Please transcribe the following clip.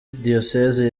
diyoseze